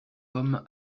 homme